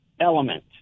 element